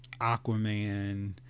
Aquaman